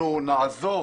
אנחנו נעזור